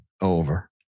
Over